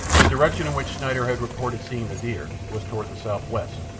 the direction in which schneider had reported seeing the deer was toward the south-west,